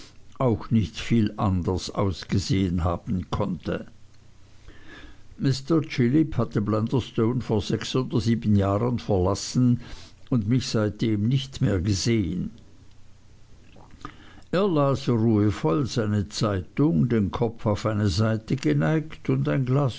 auch nicht viel anders ausgesehen haben konnte mr chillip hatte blunderstone vor sechs oder sieben jahren verlassen und mich seitdem nicht mehr gesehen er las ruhevoll seine zeitung den kopf auf eine seite geneigt und ein glas